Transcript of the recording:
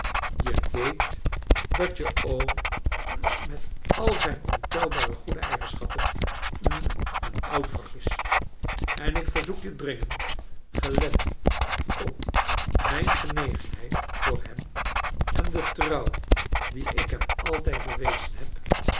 je weet dat je oom hm met al zijn ontelbare goede eigenschappen hm een oud wrak is en ik verzoek je dringend gelet op mijn genegenheid voor hem en de trouw die ik hem altijd bewezen heb